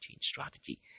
strategy